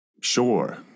Sure